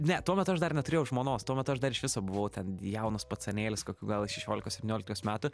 ne tuo metu aš dar neturėjau žmonos tuo metu aš dar iš viso buvau ten jaunas pacanėlis kokių gal šešiolikos septyniolikos metų